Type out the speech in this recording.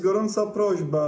Gorąca prośba.